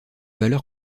valeur